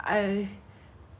scenario for that you know